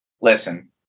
listen